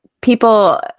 people